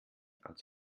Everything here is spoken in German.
als